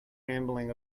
rambling